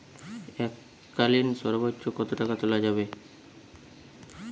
এককালীন সর্বোচ্চ কত টাকা তোলা যাবে?